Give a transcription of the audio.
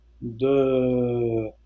de